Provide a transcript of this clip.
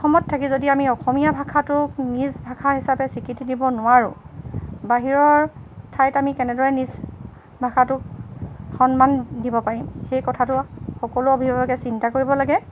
অসমত থাকি যদি আমি অসমীয়া ভাষাটোক নিজ ভাষা হিচাপে স্বীকৃতি দিব নোৱাৰোঁ বাহিৰৰ ঠাইত আমি কেনেদৰে নিজ ভাষাটোক সন্মান দিব পাৰিম সেই কথাটো সকলো অভিভাৱকে চিন্তা কৰিব লাগে